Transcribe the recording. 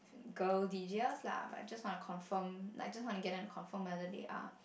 girl D Jers lah but just want to confirm like just want to get them to confirm whether they are